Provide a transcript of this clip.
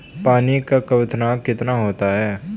पानी का क्वथनांक कितना होता है?